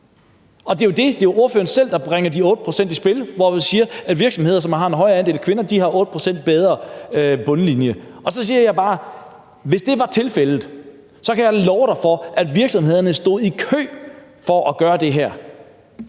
med det samme. Det er jo ordføreren selv, der bringer de 8 pct. i spil, hvor der bliver sagt, at virksomheder, der har en højere andel af kvinder, har 8 pct. bedre bundlinje. Så siger jeg bare, at hvis det var tilfældet, kan jeg love dig for, at virksomhederne stod i kø for at gøre det her.